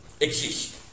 exist